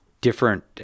different